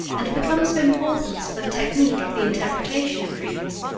and becomes of importance for the technique of the interpretation of dreams,